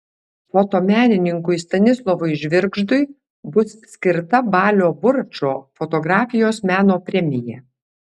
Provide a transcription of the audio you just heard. fotomenininkui stanislovui žvirgždui bus skirta balio buračo fotografijos meno premija